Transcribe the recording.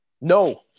No